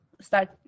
start